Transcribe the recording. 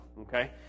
Okay